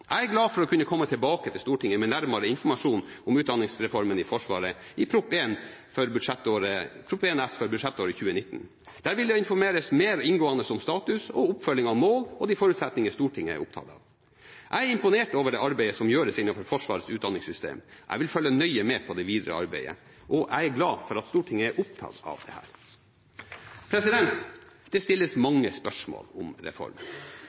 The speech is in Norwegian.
Jeg er glad for å kunne komme tilbake til Stortinget med nærmere informasjon om utdanningsreformen i Forsvaret i Prop. 1 S for budsjettåret 2019. Der vil det informeres mer og inngående om status og oppfølging av mål og de forutsetningene Stortinget er opptatt av. Jeg er imponert over det arbeidet som gjøres innenfor Forsvarets utdanningssystem. Jeg vil følge nøye med på det videre arbeidet, og jeg er glad for at Stortinget er opptatt av dette. Det stilles mange spørsmål om reformen: